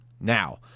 Now